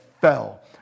fell